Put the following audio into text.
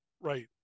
Right